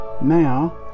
Now